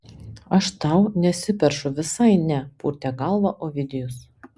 aš tau nesiperšu visai ne purtė galvą ovidijus